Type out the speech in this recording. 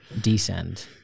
descend